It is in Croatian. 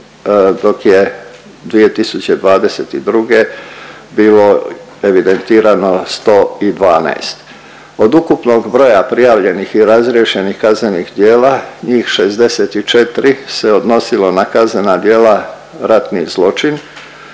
dok je 2022. bilo evidentirano 112. Od ukupnog broja prijavljenih i razriješenih kaznenih djela njih 64 se odnosilo na kaznena djela ratni zločin